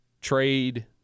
trade